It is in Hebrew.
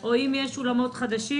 או אם יש אולמות חדשים